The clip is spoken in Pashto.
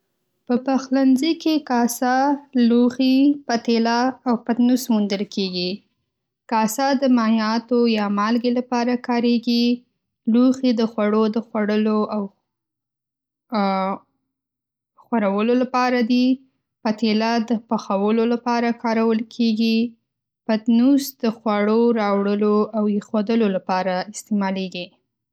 په پخلنځي کې کاسه، لوښي، پتیله، او پتنوس موندل کېږي. کاسه د مایعاتو یا مالګې لپاره کارېږي. لوښي د خوړو د خوړلو او خورولو لپاره دی. پتیله د پخولو لپاره کارول کېږي. پتنوس د خواړو راوړلو او ایښودلو لپاره استعمالېږي.